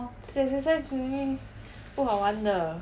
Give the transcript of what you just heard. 自己 exercise really 不好玩的